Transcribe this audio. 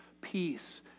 peace